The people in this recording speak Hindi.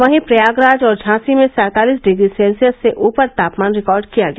वहीं इलाहाबाद और झांसी में सैंतालिस डिग्री सेल्सियस से ऊपर तापमान रिकार्ड किया गया